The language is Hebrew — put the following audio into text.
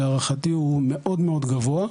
להערכתי הוא מאוד מאוד גבוה.